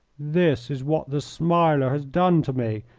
this is what the smiler has done to me,